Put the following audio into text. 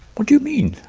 what do you mean?